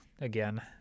again